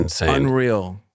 unreal